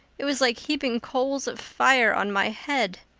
it was like heaping coals of fire on my head.